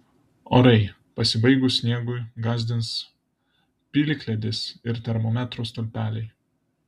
orai pasibaigus sniegui gąsdins plikledis ir termometro stulpeliai